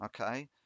Okay